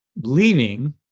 Leaving